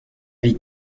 vie